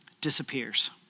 disappears